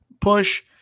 push